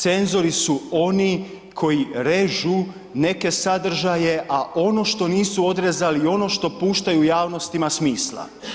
Cenzori su oni koji režu neke sadržaje a ono što nisu odrezali i ono što puštaju u javnost, ima smisla.